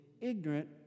ignorant